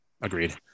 Agreed